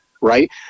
right